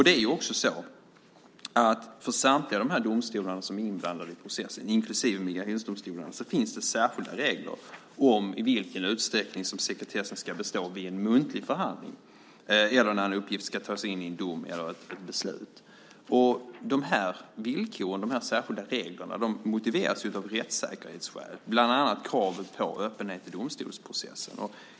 Det finns särskilda regler för samtliga domstolar som är inblandade processen, inklusive migrationsdomstolarna, om i vilken utsträckning som sekretessen ska bestå vid en muntlig förhandling eller när en uppgift ska tas in i en dom eller ett beslut. De här villkoren, de här särskilda reglerna, motiveras av rättssäkerhetsskäl, bland annat kravet på öppenhet i domstolsprocessen.